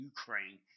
Ukraine